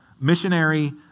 Missionary